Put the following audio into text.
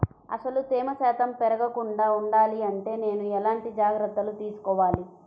అసలు తేమ శాతం పెరగకుండా వుండాలి అంటే నేను ఎలాంటి జాగ్రత్తలు తీసుకోవాలి?